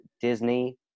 Disney